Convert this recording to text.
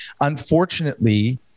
Unfortunately